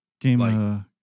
Game